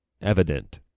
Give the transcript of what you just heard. evident